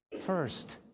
First